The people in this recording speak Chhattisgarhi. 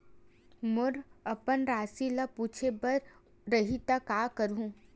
मोला अपन राशि ल पूछे बर रही त का करहूं?